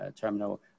terminal